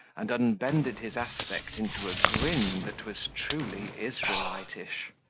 and unbended his aspect into a grin that was truly israelitish.